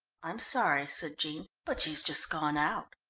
i'm sorry, said jean, but she's just gone out.